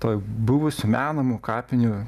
toj buvusių menamų kapinių